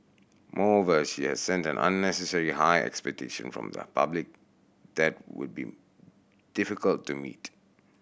moreover she has set an unnecessary high expectation from the public that would be difficult to meet